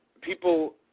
people